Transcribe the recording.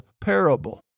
parable